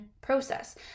process